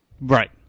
right